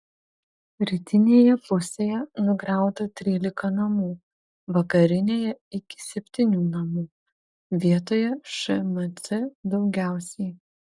rytinėje pusėje nugriauta trylika namų vakarinėje iki septynių namų vietoje šmc daugiausiai